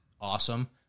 awesome